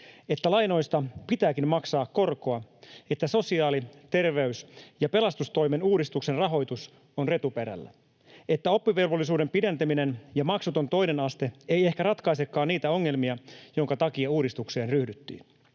että lainoista pitääkin maksaa korkoa, että sosiaali‑, terveys‑ ja pelastustoimen uudistuksen rahoitus on retuperällä, että oppivelvollisuuden pidentäminen ja maksuton toinen aste eivät ehkä ratkaisekaan niitä ongelmia, joiden takia uudistukseen ryhdyttiin.